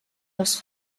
les